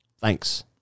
Thanks